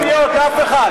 גבירותי ורבותי,